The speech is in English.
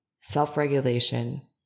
self-regulation